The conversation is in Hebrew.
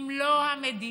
אם לא המדינה,